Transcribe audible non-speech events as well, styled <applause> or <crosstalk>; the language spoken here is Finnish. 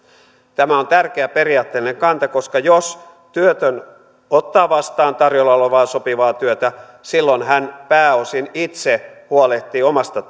tämä on tärkeä periaatteellinen kanta koska jos työtön ottaa vastaan tarjolla olevaa sopivaa työtä silloin hän pääosin itse huolehtii omasta <unintelligible>